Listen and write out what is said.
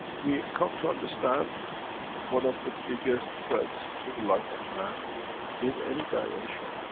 we come to understand one of the biggest threats to the life of man in any dimension,